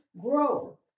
grow